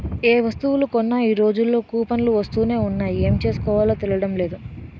ఏ వస్తువులు కొన్నా ఈ రోజుల్లో కూపన్లు వస్తునే ఉన్నాయి ఏం చేసుకోవాలో తెలియడం లేదు